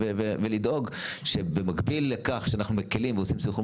ולדאוג שבמקביל לכאן שאנחנו מקלים ועושים סנכרון